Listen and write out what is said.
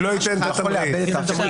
זה יכול לאבד ערך.